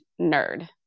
nerd